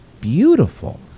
beautiful